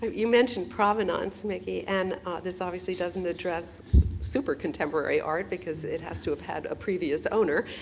you mentioned provenance mickey and this obviously doesn't address super contemporary art because it has to have had a previous owner,